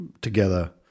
together